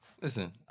Listen